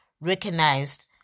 recognized